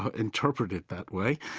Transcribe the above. ah interpret it that way.